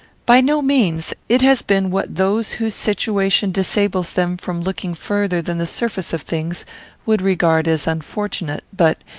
by no means. it has been what those whose situation disables them from looking further than the surface of things would regard as unfortunate but,